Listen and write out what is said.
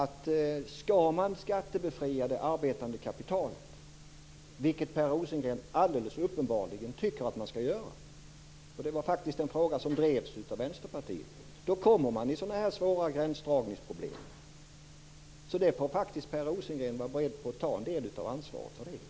Om det arbetande kapitalet skall skattebefrias - vilket Per Rosengren alldeles uppenbarligen tycker att man skall göra, det var faktiskt en fråga som drevs av Vänsterpartiet - kommer man i svåra gränsdragningsproblem. Per Rosengren får vara beredd att ta en del av ansvaret för det.